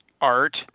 art